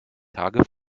tage